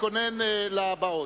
ולהתכונן לבאות.